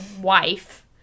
wife